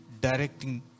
directing